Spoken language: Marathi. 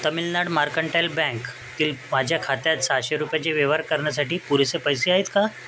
तमिलनाड मार्कंटाईल बँक तील माझ्या खात्यात सहाशे रुपयाचे व्यवहार करण्यासाठी पुरेसे पैसे आहेत का